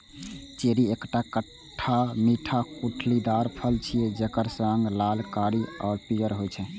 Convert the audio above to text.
cherry एकटा खट्टा मीठा गुठलीदार फल छियै, जेकर रंग लाल, कारी आ पीयर होइ छै